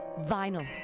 vinyl